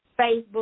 Facebook